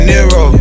Nero